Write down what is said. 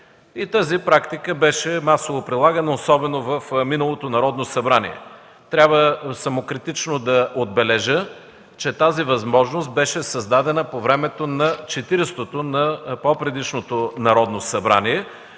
Тази практика беше масово прилагана особено в миналото Народно събрание. Трябва самокритично да отбележа, че тази възможност беше създадена по времето на Четиридесетото – по-предишното Народно събрание,